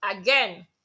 Again